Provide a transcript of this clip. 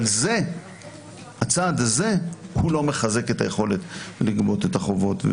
אבל הצעד הזה לא מחזק את היכולת לגבות את החובות,